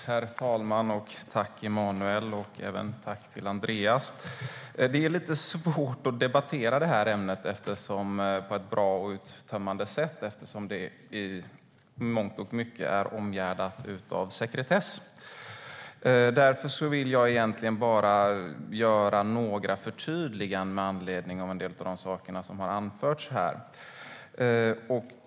Herr talman! Tack, Emanuel, och tack även Andreas! Det är lite svårt att debattera det här ämnet på ett bra och uttömmande sätt eftersom det i mångt och mycket är omgärdat av sekretess. Därför vill jag bara göra några förtydliganden med anledning av en del av det som har anförts här.